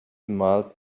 mild